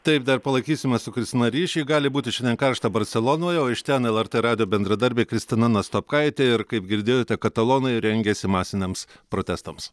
taip dar palaikysime su kristina ryšį gali būti šiandien karšta barselonoje o iš ten lrt radijo bendradarbė kristina nastopkaitė ir kaip girdėjote katalonai rengiasi masiniams protestams